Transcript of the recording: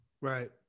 Right